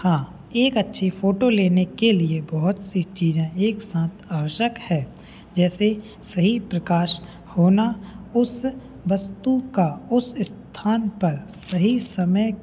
हाँ एक अच्छी फोटो लेने के लिए बहुत सी चीज़ें एक साथ आवश्यक है जैसे सही प्रकाश होना उस वस्तु का उस स्थान पर सही समय